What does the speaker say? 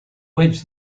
wedge